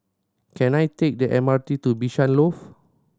can I take the M R T to Bishan Loft